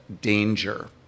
danger